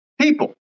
People